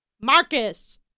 Marcus